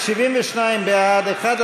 (תיקון,